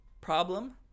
problem